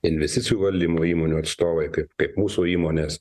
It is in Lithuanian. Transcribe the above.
investicijų valdymo įmonių atstovai kaip kaip mūsų įmonės